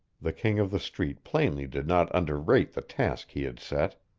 the king of the street plainly did not underrate the task he had set.